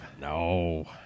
No